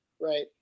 Right